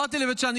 באתי לבית שאן,